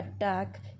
attack